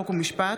חוק ומשפט,